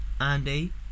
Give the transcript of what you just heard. Andy